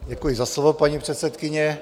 Děkuji za slovo, paní předsedkyně.